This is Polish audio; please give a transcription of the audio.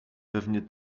pewnie